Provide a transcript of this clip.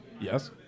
Yes